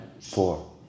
four